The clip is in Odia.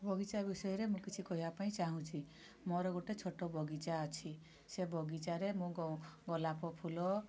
ବଗିଚା ବିଷୟରେ ମୁଁ କିଛି କହିବା ପାଇଁ ଚାହୁଁଛି ମୋର ଗୋଟେ ଛୋଟ ବଗିଚା ଅଛି ସେ ବଗିଚାରେ ମୁଁ ଗୋଲାପ ଫୁଲ